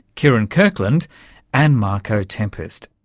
kieron kirkland and marco tempest